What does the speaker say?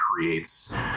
creates